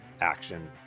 action